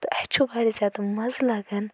تہٕ اسہِ چھُ واریاہ زیادٕ مَزٕ لگان